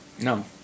No